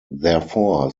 therefore